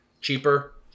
cheaper